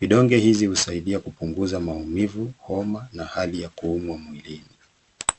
Vidonge hizi husaidia kupunguza maumivu, homa na hali ya kuumwa mwilini.